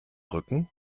rücken